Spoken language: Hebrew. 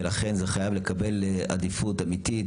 ולכן זה חייב לקבל עדיפות אמיתית.